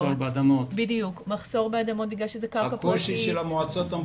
מחסור באדמות בגלל שזה קרקע פרטית.